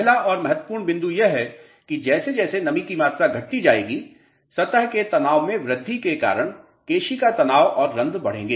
पहला और महत्वपूर्ण बिंदु यह है कि जैसे जैसे नमी की मात्रा घटती जाएगी सतह के तनाव में वृद्धि के कारण केशिका तनाव और रन्ध्र बढ़ेंगे